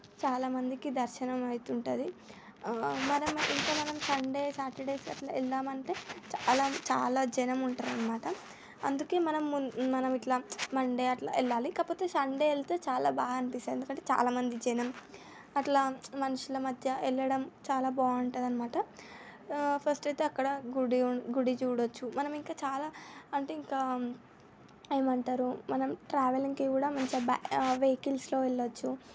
చాలా మందికి దర్శనం అవుతుంటుంది మనం ఇంకా మనం సండే సాటర్డే అట్లా వెళదాము అంటే చాలా చాలా జనం ఉంటారు అన్నమాట అందుకే మనం మనం ఇట్లా మండే అట్లా వెళ్ళాలి కాకపోతే సండే వెళితే చాలా బాగా అనిపిస్తుంది ఎందుకంటే చాలా మంది జనం అట్లా మనుషుల మధ్య వెళ్ళడం చాలా బాగుంటుంది అన్నమాట ఫస్ట్ అయితే అక్కడ గుడి గుడి చూడవచ్చు మనం ఇంకా చాలా అంటే ఇంకా ఏమంటారు మనం ట్రావెలింగ్కి కూడా మంచిగా వెహికల్స్లో వెళ్ళొచ్చు